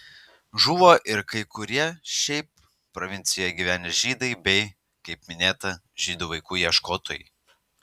žuvo ir kai kurie šiaip provincijoje gyvenę žydai bei kaip minėta žydų vaikų ieškotojai